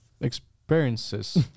experiences